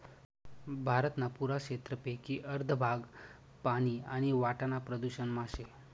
भारतना पुरा क्षेत्रपेकी अर्ध भाग पानी आणि वाटाना प्रदूषण मा शे